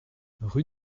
rue